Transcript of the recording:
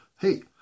Hey